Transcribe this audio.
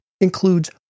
includes